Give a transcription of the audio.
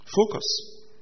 Focus